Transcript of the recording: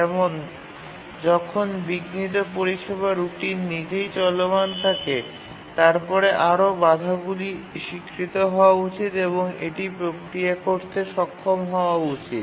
যেমন যখন বিঘ্নিত পরিষেবা রুটিন নিজেই চলমান থাকে তারপরে আরও বাধাগুলি স্বীকৃত হওয়া উচিত এবং এটি প্রক্রিয়া করতে সক্ষম হওয়া উচিত